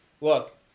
Look